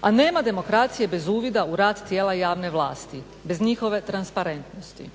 a nema demokracije bez uvida u rad tijela javne vlasti, bez njihove transparentnosti.